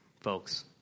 folks